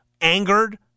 angered